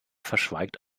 verschweigt